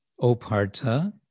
Oparta